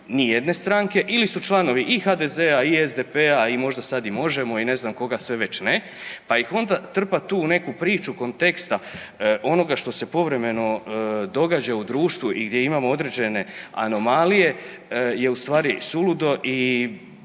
nijedne stranke ili su članovi i HDZ-a i SDP-a i možda sad i Možemo! i ne znam koga sve već ne, pa ih onda trpat tu u neku priču konteksta onoga što se povremeno događa u društvu i gdje imamo određene anomalije je u stvari suludo i